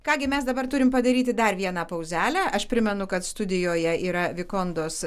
ką gi mes dabar turim padaryti dar vieną pauzelę aš primenu kad studijoje yra vikondos